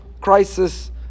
crisis